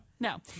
No